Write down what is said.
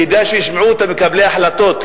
כדאי שישמעו אותה מקבלי החלטות.